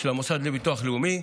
של המוסד לביטוח לאומי.